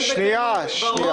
שנייה, תעצור רגע.